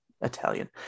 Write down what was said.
Italian